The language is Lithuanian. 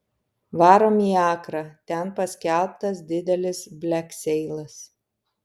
varom į akrą ten paskelbtas didelis blekseilas